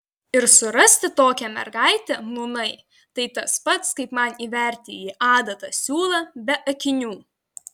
ir surasti tokią mergaitę nūnai tai tas pats kaip man įverti į adatą siūlą be akinių